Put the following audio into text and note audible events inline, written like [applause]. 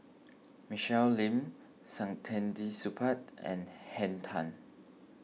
[noise] Michelle Lim Saktiandi Supaat and Henn Tan